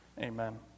amen